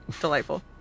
Delightful